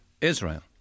Israel